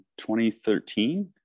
2013